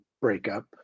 breakup